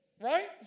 Right